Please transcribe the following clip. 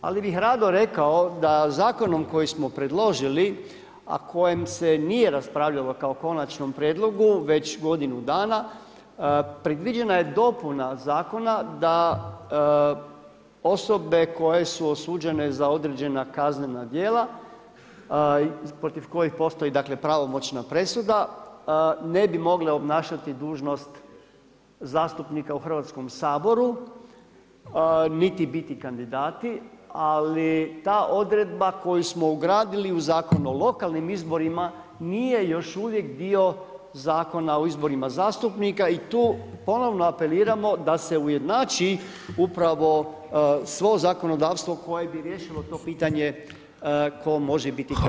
Ali bih rado rekao da Zakonom koji smo predložili, a o kojem se nije raspravljalo kao konačnom prijedlogu već godinu dana, predviđena je dopuna Zakona da osobe koje su osuđene za određena kaznena djela protiv koji postoji, dakle pravomoćna presuda ne bi mogle obnašati dužnost zastupnika u Hrvatskom saboru niti biti kandidati, ali ta odredba koju smo ugradili u Zakon o lokalnim izborima nije još uvijek dio Zakona o izborima zastupnika i tu ponovno apeliramo da se ujednači upravo svo zakonodavstvo koje bi riješilo to pitanje tko može biti kandidat.